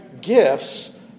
gifts